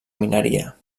mineria